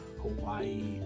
Hawaii